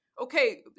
Okay